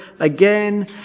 again